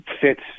fits